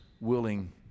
willing